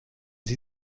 sie